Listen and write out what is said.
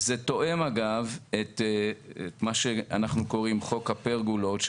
זה תואם את מה שאנחנו קוראים לו חוק הפרגולות,